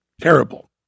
Terrible